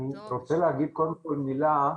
אני רוצה להגיד קודם כל מילה,